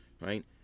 right